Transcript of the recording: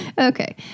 Okay